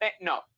No